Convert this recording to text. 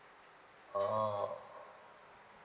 oh